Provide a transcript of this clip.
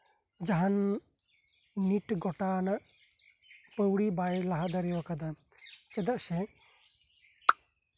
ᱡᱟᱦᱟᱱ ᱱᱤᱴ ᱜᱚᱴᱟᱣᱟᱱᱟᱜ ᱯᱟᱹᱣᱲᱤ ᱵᱟᱭ ᱞᱟᱦᱟ ᱫᱟᱲᱮᱭᱟ ᱟᱠᱟᱫᱟ ᱪᱮᱫᱟᱜ ᱥᱮ